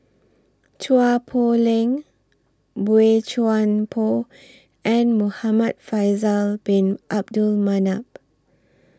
Chua Poh Leng Boey Chuan Poh and Muhamad Faisal Bin Abdul Manap